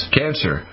cancer